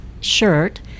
shirt